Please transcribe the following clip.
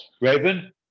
Raven